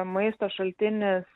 maisto šaltinis